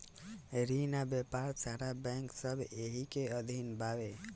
रिन आ व्यापार सारा बैंक सब एही के अधीन बावे